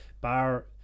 bar